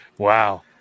Wow